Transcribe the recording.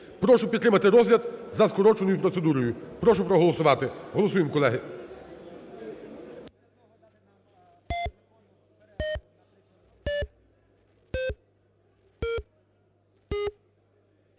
Прошу підтримати розгляд за скороченою процедурою. Прошу проголосувати. Голосуємо, колеги.